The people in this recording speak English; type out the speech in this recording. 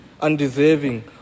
undeserving